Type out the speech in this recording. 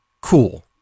Cool